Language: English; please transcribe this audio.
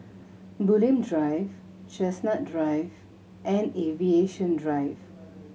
Bulim Drive Chestnut Drive and Aviation Drive